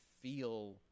feel